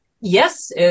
Yes